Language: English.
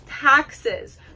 taxes